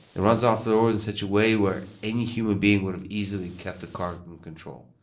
it runs off the road in such a way where any human being would have easily kept the car in control.